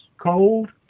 cold